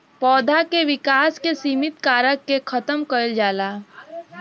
पौधा के विकास के सिमित कारक के खतम कईल जाला